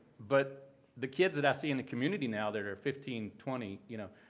but the kids that i see in the community now that are fifteen, twenty, you know,